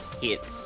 hits